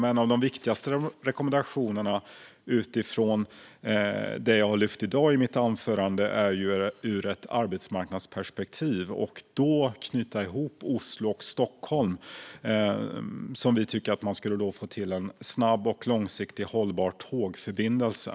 Men en av de viktigaste rekommendationerna utifrån det jag har lyft i dag i mitt anförande är att utifrån ett arbetsmarknadsperspektiv knyta ihop Oslo och Stockholm, där vi tycker att man skulle få till en snabb och långsiktigt hållbar tågförbindelse.